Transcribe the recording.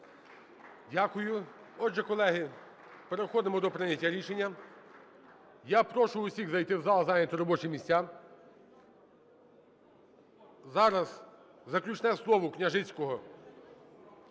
Дякую. Отже, колеги, переходимо до прийняття рішення. Я прошу всіх зайти в зал, зайняти робочі місця. Зараз заключне слово Княжицького.